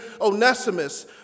Onesimus